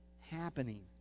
happening